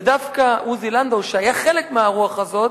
ודווקא עוזי לנדאו, שהיה חלק מהרוח הזאת,